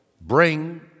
bring